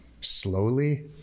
slowly